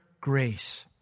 grace